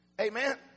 Amen